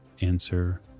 answer